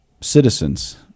citizens